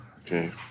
Okay